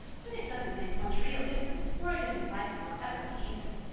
but it doesn't make much real difference for it isn't likely i'll ever be either.